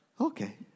Okay